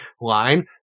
Line